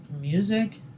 music